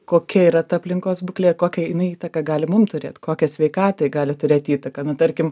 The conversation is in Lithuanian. kokia yra ta aplinkos būklė kokią jinai įtaką gali mum turėt kokią sveikatai gali turėt įtaką nu tarkim